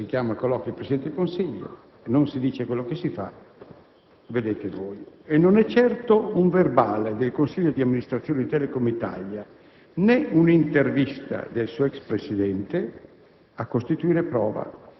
Allora, se si chiama a colloquio il Presidente del Consiglio e non si dice quello che si fa, vedete voi! E non è certo un verbale del Consiglio d'amministrazione di Telecom Italia né un'intervista del suo ex presidente